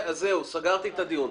סגרתי את הדיון.